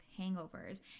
hangovers